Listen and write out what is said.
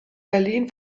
berlin